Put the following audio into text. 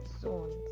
zones